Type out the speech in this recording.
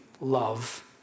love